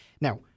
Now